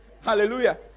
Hallelujah